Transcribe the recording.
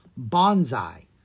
Bonsai